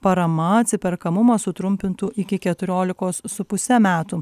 parama atsiperkamumą sutrumpintų iki keturiolikos su puse metų